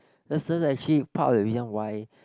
that's then actually part of a reason why